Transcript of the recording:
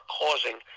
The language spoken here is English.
causing